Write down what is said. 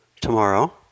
tomorrow